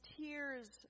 tears